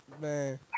Man